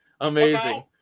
Amazing